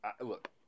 Look